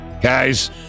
Guys